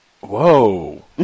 Whoa